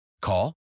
Call